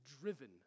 driven